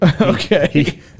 Okay